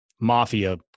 mafia